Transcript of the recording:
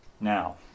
Now